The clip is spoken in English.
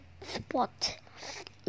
spot